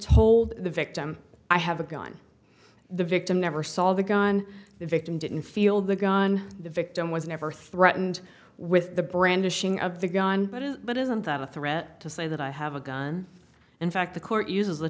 told the victim i have a gun the victim never saw the gun the victim didn't feel the gun the victim was never threatened with the brandishing of the but isn't that a threat to say that i have a gun in fact the court uses the